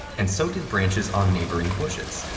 and so did branches on neighboring bushes,